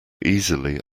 easily